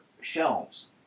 shelves